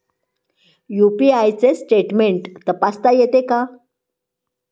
UPI चे statement तपासता येते का?